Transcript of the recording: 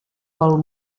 pel